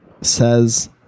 Says